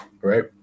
Right